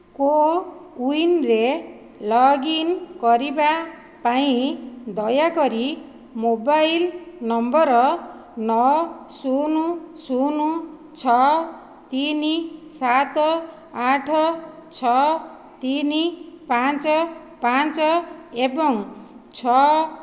କୋ ୱିନରେ ଲଗ୍ଇନ୍ କରିବା ପାଇଁ ଦୟାକରି ମୋବାଇଲ ନମ୍ବର ନଅ ଶୂନ୍ ଶୂନ୍ ଛଅ ତିନି ସାତ ଆଠ ଛଅ ତିନି ପାଞ୍ଚ ପାଞ୍ଚ ଏବଂ ଛଅ